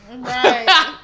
right